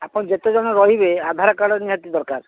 ଆପଣ ଯେତେ ଜଣ ରହିବେ ଆଧାର କାର୍ଡ଼ ନିହାତି ଦରକାର